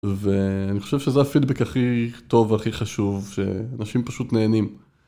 ואני חושב שזה הפידבק הכי טוב והכי חשוב, שאנשים פשוט נהנים.